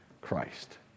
Christ